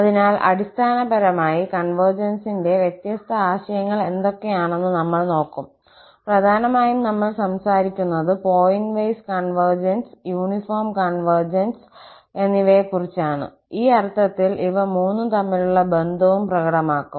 അതിനാൽ അടിസ്ഥാനപരമായി കൺവെർജൻസിന്റെ വ്യത്യസ്ത ആശയങ്ങൾ എന്തൊക്കെയാണെന്ന് നമ്മൾ നോക്കും പ്രധാനമായും നമ്മൾ സംസാരിക്കുന്നത് pointwise convergence convergence uniform convergence convergence എന്നിവയെകുറിച്ചാണ് ഈ അർത്ഥത്തിൽ ഇവ മൂന്നും തമ്മിലുള്ള ബന്ധവും പ്രകടമാക്കും